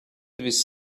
this